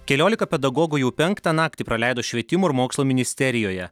keliolika pedagogų jau penktą naktį praleido švietimo ir mokslo ministerijoje